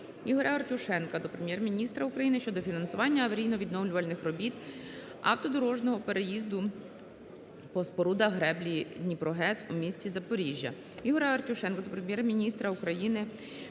Ігоря Артюшенка до Прем'єр-міністра України щодо фінансування аварійно-відновлювальних робіт автодорожнього переїзду по спорудах греблі ДніпроГЕС у місті Запоріжжя.